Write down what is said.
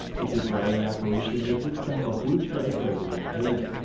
it's a gray apparition that looks to have a hood draped over their head.